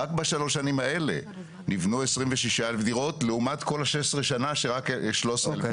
רק בשלוש שנים האלה נבנו 26,000 דירות לעומת כל ה-16 שנה שרק 13,000?